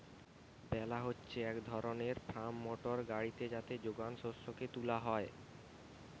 বেলার হচ্ছে এক ধরণের ফার্ম মোটর গাড়ি যাতে যোগান শস্যকে তুলা হয়